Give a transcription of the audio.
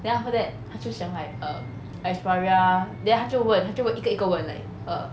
then after that 他就讲 like um astriya then 他就问他就问一个一个问 like err